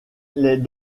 est